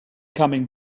coming